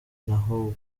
naho